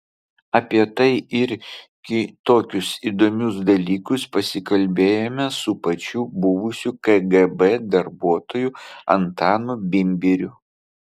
apie tai ir kitokius įdomius dalykus pasikalbėjome su pačiu buvusiu kgb darbuotoju antanu bimbiriu